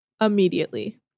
immediately